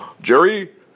Jerry